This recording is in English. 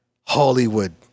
Hollywood